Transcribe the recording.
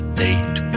late